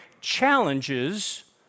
challenges